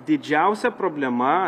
didžiausia problema